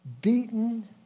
beaten